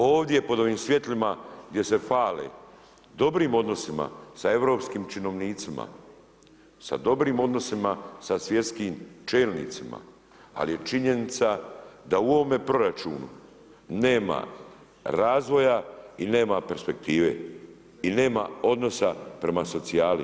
Ovdje pod ovim svjetlima gdje se hvale dobrim odnosima sa europskim činovnicima, sa dobrim odnosima sa svjetskim čelnicima ali je činjenica da u ovome proračunu nema razvoja i nema perspektive i nema odnosa prema socijali.